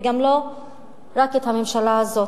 וגם לא רק את הממשלה הזאת,